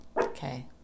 Okay